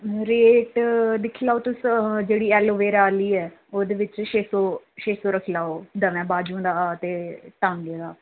rate दिक्खी लैओ तुस जेह्ड़ी एलोविरा आह्ली ऐ ओह्दे बिच्च छे सौ छे सौ रक्खी लेओ दवैं बाजुएं दा ते टांगें दा